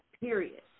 Period